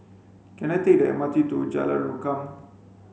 can I take the M R T to Jalan Rukam